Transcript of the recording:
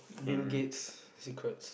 Bill-Gates secrets